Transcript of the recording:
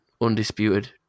undisputed